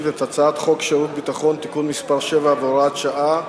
את הצעת חוק שירות ביטחון (תיקון מס' 7 והוראת שעה)